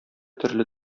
төрле